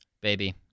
Baby